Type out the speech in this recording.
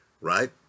right